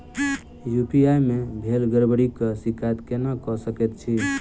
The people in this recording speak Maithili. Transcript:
यु.पी.आई मे भेल गड़बड़ीक शिकायत केना कऽ सकैत छी?